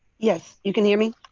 yes, you can hear me?